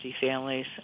families